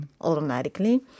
automatically